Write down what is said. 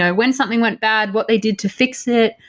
ah when something went bad, what they did to fix it,